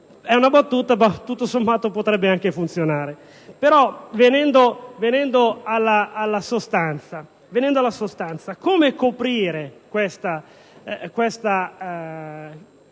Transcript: è una battuta, però, tutto sommato, potrebbe anche funzionare. Venendo alla sostanza, come coprire questo